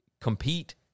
Compete